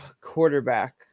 Quarterback